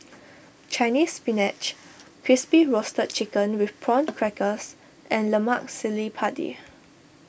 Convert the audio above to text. Chinese Spinach Crispy Roasted Chicken with Prawn Crackers and Lemak Cili Padi